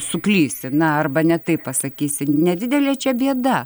suklysi na arba ne taip pasakysi nedidelė čia bėda